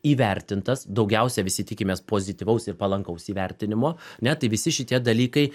įvertintas daugiausia visi tikimės pozityvaus ir palankaus įvertinimo ne tai visi šitie dalykai